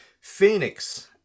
Phoenix